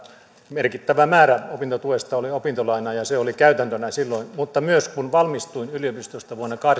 merkittävä määrä opintotuesta oli opintolainaa ja se oli käytäntönä silloin mutta myös kun valmistuin yliopistosta vuonna